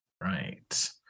right